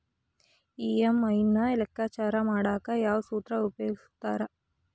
EMI ನ ಲೆಕ್ಕಾಚಾರ ಮಾಡಕ ಯಾವ್ ಸೂತ್ರ ಉಪಯೋಗಿಸ್ತಾರ